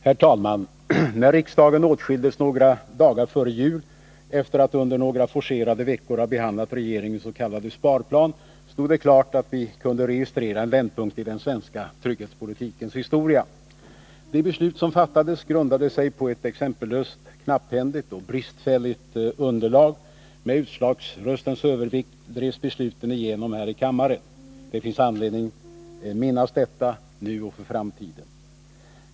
Herr talman! När riksdagen åtskildes några dagar före jul efter att under några forcerade veckor ha behandlat regeringens s.k. sparplan stod det klart att vi kunde registrera en vändpunkt i den svenska trygghetspolitikens historia. De beslut som fattades grundade sig på ett exempellöst knapphändigt och bristfälligt underlag. Med utslagsröstens övervikt drevs besluten igenom här i kammaren. Det finns anledning minnas detta nu och för framtiden.